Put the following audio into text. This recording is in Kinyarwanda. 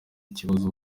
ikibazo